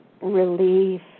relief